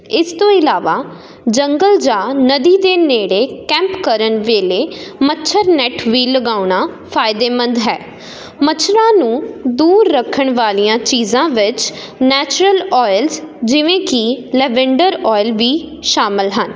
ਇਸ ਤੋਂ ਇਲਾਵਾ ਜੰਗਲ ਜਾਂ ਨਦੀ ਦੇ ਨੇੜੇ ਕੈਂਪ ਕਰਨ ਵੇਲੇ ਮੱਛਰ ਨੈੱਟ ਵੀ ਲਗਾਉਣਾ ਫਾਇਦੇਮੰਦ ਹੈ ਮੱਛਰਾਂ ਨੂੰ ਦੂਰ ਰੱਖਣ ਵਾਲੀਆਂ ਚੀਜ਼ਾਂ ਵਿੱਚ ਨੈਚੂਰਲ ਓਇਲਸ ਜਿਵੇਂ ਕਿ ਲਵੈਨਡਰ ਓਏਲ ਸ਼ਾਮਿਲ ਹਨ